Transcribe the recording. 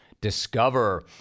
discover